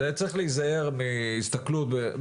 צריך להיזהר מהסתכלות, אגב,